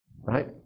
Right